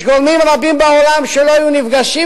יש גורמים רבים בעולם שלא היו נפגשים